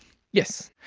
yes.